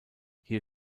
hier